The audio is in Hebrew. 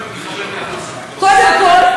קודם כול,